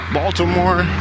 baltimore